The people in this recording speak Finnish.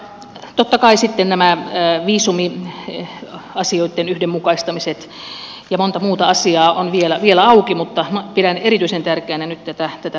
totta kai sitten nämä viisumiasioitten yhdenmukaistamiset ja monta muuta asiaa ovat vielä auki mutta pidän erityisen tärkeänä nyt tätä romanikysymystä